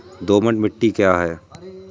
दोमट मिट्टी क्या है?